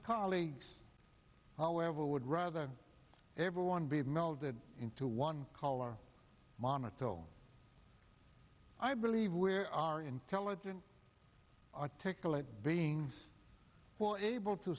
colleagues however would rather everyone be melded into one color monotone i believe where our intelligent articulate beings who are able to